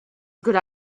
good